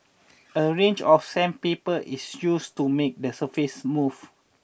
a range of sandpaper is used to make the surface smooth